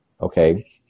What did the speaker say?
okay